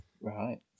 Right